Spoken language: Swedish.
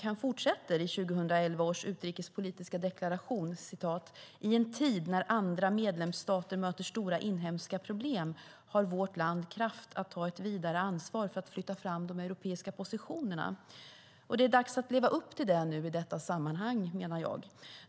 Han fortsätter i 2011 års utrikespolitiska deklaration: "I en tid när andra medlemsstater möter stora inhemska problem har vårt land kraft att ta ett vidare ansvar för att flytta fram de europeiska positionerna." Det är dags att leva upp till det i detta sammanhang, menar jag.